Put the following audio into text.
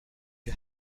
you